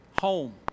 home